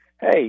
Hey